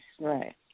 Right